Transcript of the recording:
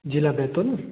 जिला बैतूल